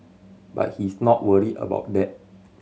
but he's not worried about that